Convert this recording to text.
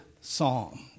psalm